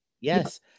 Yes